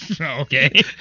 Okay